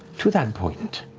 to that point,